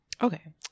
Okay